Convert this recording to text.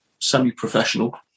semi-professional